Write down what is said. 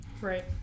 right